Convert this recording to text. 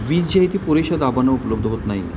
वीज जी आहे ती पुरेशा दाबानं उपलब्ध होत नाही